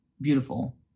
beautiful